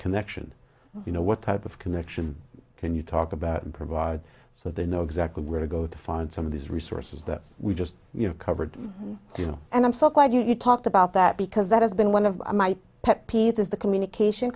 connection you know what type of connection can you talk about and provide so they know exactly where to go to find some of these resources we just you know covered you know and i'm so glad you talked about that because that has been one of my pet peeves is the communication